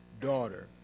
daughter